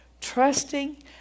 Trusting